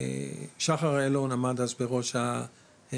שחר איילון עמד אז בראש האגף,